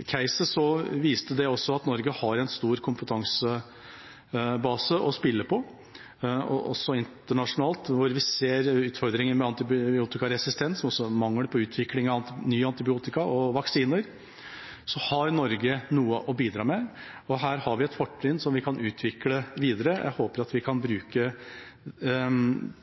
Det viste at Norge har en stor kompetansebase å spille på, også internasjonalt. Vi ser utfordringer med antibiotikaresistens og også mangel på utvikling av nye antibiotika og vaksiner. Der har Norge noe å bidra med. Her har vi et fortrinn som vi kan utvikle videre. Jeg håper at vi kan bruke